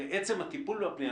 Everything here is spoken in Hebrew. בעצם הטיפול בפנייה.